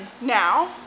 now